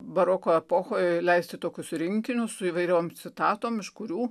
baroko epochoje leisti tokius rinkinius su įvairiom citatom iš kurių